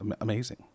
amazing